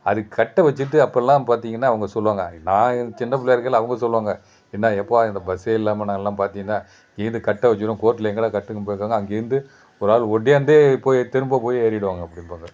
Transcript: அது கட்டை வச்சுட்டு அப்பெல்லாம் பார்த்தீங்கன்னா அவங்க சொல்லுவாங்க நான் சின்ன பிள்ளையா இருக்கையில் அவங்க சொல்லுவாங்க என்ன எப்பா இந்த பஸ்ஸே இல்லாமல் நானெலாம் பார்த்தீங்கன்னா இது கட்டை வச்சுன்னு கோர்ட்டில் எங்கேடா கட்டுன்னு கேட்பாங்க அங்கேயிருந்து ஒரு ஆள் ஓடியாந்தே போய் திரும்ப போய் ஏறிவிடுவாங்க அப்படிம்பாங்க